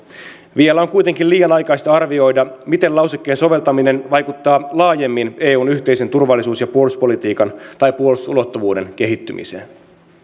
vielä on kuitenkin liian aikaista arvioida miten lausekkeen soveltaminen vaikuttaa laajemmin eun yhteisen turvallisuus ja puolustuspolitiikan tai puolustusulottuvuuden kehittymiseen